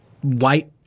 white